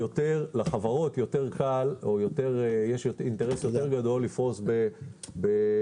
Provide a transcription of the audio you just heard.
לחברות יותר קל או שיש אינטרס יותר גדול לפרוס בערים,